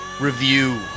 Review